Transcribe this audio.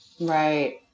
Right